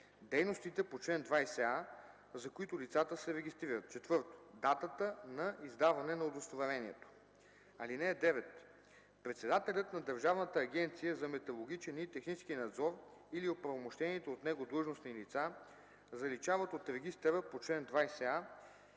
дейностите по чл. 20а, за които лицата се регистрират; 4. датата на издаване на удостоверението. (9) Председателят на Държавната агенция за метрологичен и технически надзор или оправомощените от него длъжностни лица заличават от регистъра по чл. 20а